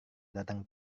datang